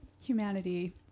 Humanity